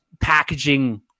packaging